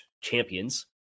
champions